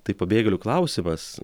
tai pabėgėlių klausimas